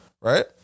Right